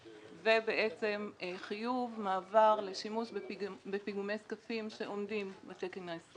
ובעצם חיוב מעבר לשימוש בפיגומי זקפים שעומדים בתקן הישראלי.